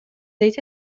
дейт